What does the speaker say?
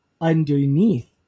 Underneath